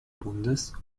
bundes